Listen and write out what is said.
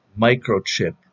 microchip